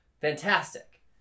fantastic